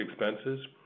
expenses